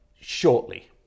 shortly